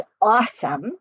awesome